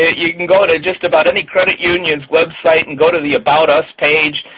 ah you can go to just about any credit union's website and go to the about us page,